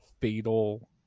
fatal